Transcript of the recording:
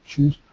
choose.